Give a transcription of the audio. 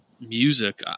music